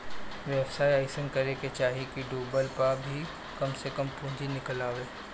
व्यवसाय अइसन करे के चाही की डूबला पअ भी कम से कम पूंजी निकल आवे